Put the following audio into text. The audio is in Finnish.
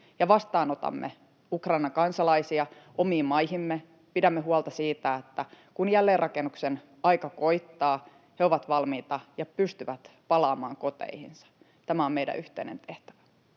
vastaanotamme Ukrainan kansalaisia omiin maihimme ja pidämme huolta siitä, että kun jälleenrakennuksen aika koittaa, he ovat valmiita ja pystyvät palaamaan koteihinsa. Tämä on meidän yhteinen tehtävämme.